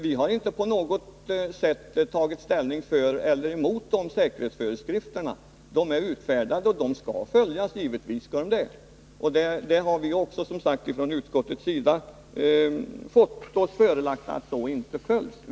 Vi har inte på något sätt tagit ställning för eller emot dem. De är utfärdade och skall givetvis följas. Också vi i utskottet har alltså hört påståendena om att säkerhetsföreskrifterna inte följs.